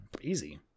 easy